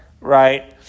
right